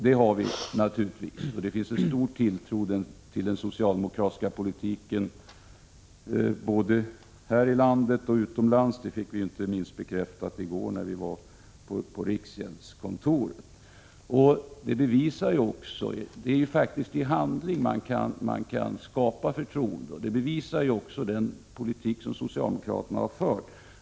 Det har vi naturligtvis, och det finns stor tilltro till den socialdemokratiska politiken både här i landet och utomlands; det fick vi inte minst bekräftat i går när vi var på riksgäldskontoret. Det är faktiskt i handling man kan skapa förtroende, och det bevisar också den politik som socialdemokraterna har fört.